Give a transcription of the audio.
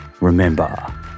remember